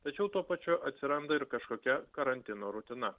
tačiau tuo pačiu atsiranda ir kažkokia karantino rutina